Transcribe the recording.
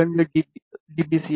2 டிபிசி ஆகும்